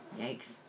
Yikes